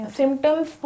symptoms